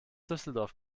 düsseldorf